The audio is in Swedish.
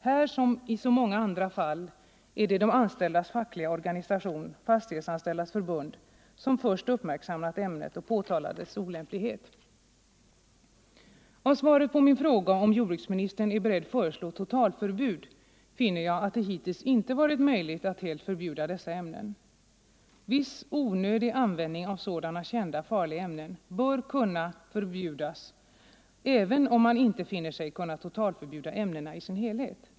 Här som i så många andra fall är det de anställdas fackliga organisation — Fastighetsanställdas förbund — som först uppmärksammat ämnet och påtalat dess olämplighet. Av svaret på min fråga om jordbruksministern är beredd föreslå totalförbud finner jag att det hittills inte varit möjligt att helt förbjuda dessa ämnen. Viss onödig användning av sådana kända och farliga ämnen bör kunna förbjudas även om man inte finner sig kunna totalförbjuda ämnena som helhet.